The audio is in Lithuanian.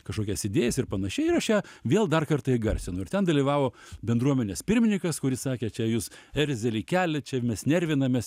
kažkokias idėjas ir panašiai ir aš ją vėl dar kartą įgarsinu ir ten dalyvavo bendruomenės pirmininkas kuris sakė čia jus erzelį keliat čia mes nervinamės